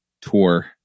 tour